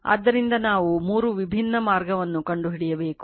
ಆದ್ದರಿಂದ ನಾವು ಮೂರು ವಿಭಿನ್ನ ಮಾರ್ಗವನ್ನು ಕಂಡುಹಿಡಿಯಬೇಕು